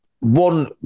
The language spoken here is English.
One